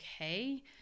okay